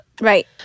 Right